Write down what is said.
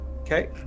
okay